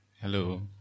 Hello